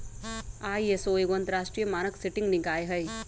ISO एगो अंतरराष्ट्रीय मानक सेटिंग निकाय हइ